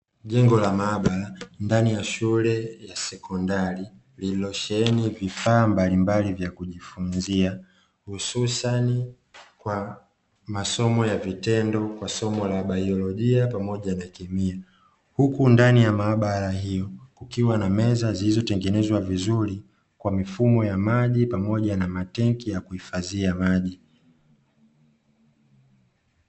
Jengo la maabara ndani ya shule ya sekondari, lililosheheni vifaa mbalimbali vya kujifunzia, hususani kwa masomo ya vitendo kwa somo la baiolojia pamoja na kemia, huku ndani ya maabara hiyo kukiwa na meza zilizotengenezwa vizuri kwa mifumo ya maji pamoja matenki ya kuhifadhia maji.